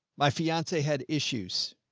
my fiance had issues.